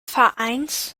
vereins